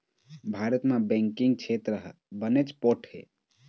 भारत म बेंकिंग छेत्र ह बनेच पोठ हे